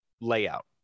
Layout